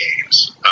games